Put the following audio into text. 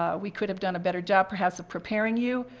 ah we could have done a better job perhaps preparing you.